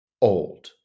old